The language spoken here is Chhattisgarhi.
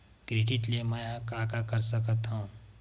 क्रेडिट ले मैं का का कर सकत हंव?